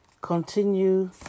continue